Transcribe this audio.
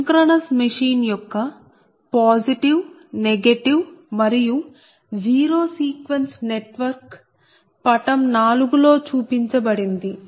synchronous machine యొక్క positive negative మరియు zero sequence network పటం 4 లో చూపించబడింది